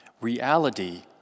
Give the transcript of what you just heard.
Reality